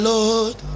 Lord